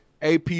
AP